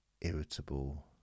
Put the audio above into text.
irritable